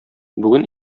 бүген